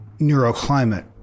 neuroclimate